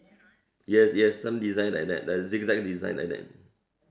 yes yes some design like that like zig-zag design like that